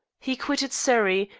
he quitted surrey,